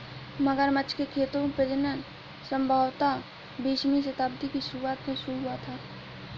मगरमच्छ के खेतों में प्रजनन संभवतः बीसवीं शताब्दी की शुरुआत में शुरू हुआ था